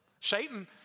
Satan